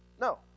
No